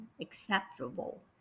acceptable